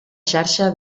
xarxa